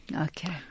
Okay